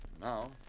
Now